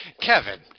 Kevin